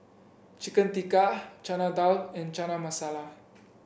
Chicken Tikka Chana Dal and Chana Masala